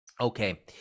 okay